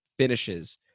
Finishes